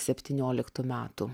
septynioliktų metų